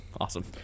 Awesome